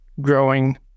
growing